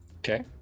Okay